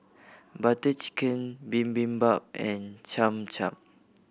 Butter Chicken Bibimbap and Cham Cham